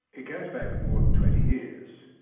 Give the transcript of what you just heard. it goes back more than twenty years.